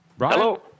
Hello